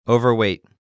Overweight